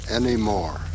anymore